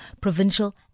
provincial